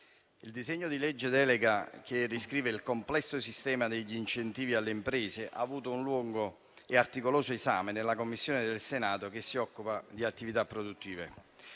il disegno di legge delega che riscrive il complesso sistema degli incentivi alle imprese ha avuto un lungo e articolato esame nella Commissione del Senato che si occupa di attività produttive.